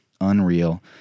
unreal